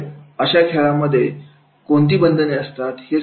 त्यामुळे अशा खेळामध्ये कोणती बंधने असतात